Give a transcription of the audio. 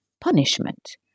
punishment